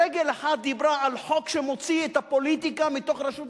רגל אחת דיברה על חוק שמוציא את הפוליטיקה מתוך רשות השידור,